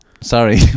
Sorry